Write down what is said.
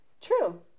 True